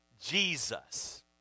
Jesus